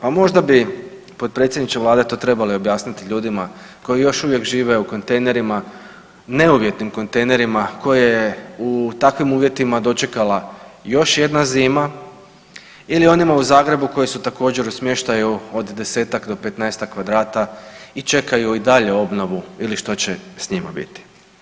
Pa možda bi potpredsjedniče Vlade to trebali objasniti ljudima koji još uvijek žive u kontejnerima, neuvjetnim kontejnerima koje je u takvim uvjetima dočekala još jedna zima, ili onima u Zagrebu koji su također u smještaju od 10-tak do 15-tak kvadrata i čekaju i dalje obnovu ili što će s njima biti.